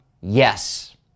yes